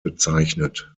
bezeichnet